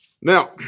Now